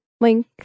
link